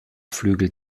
flügel